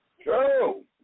True